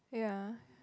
yeah